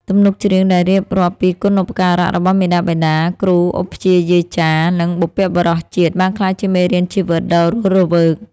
ទំនុកច្រៀងដែលរៀបរាប់ពីគុណូបការៈរបស់មាតាបិតា គ្រូឧបជ្ឈាយាចារ្យ និងបុព្វបុរសជាតិ បានក្លាយជាមេរៀនជីវិតដ៏រស់រវើក